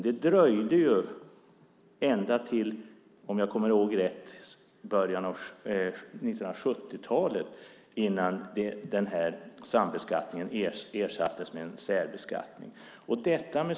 Det dröjde ända till - om jag kommer ihåg rätt - början av 1970-talet till sambeskattningen ersattes med en särbeskattning.